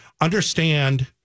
Understand